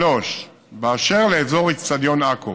2. אשר לאזור אצטדיון עכו,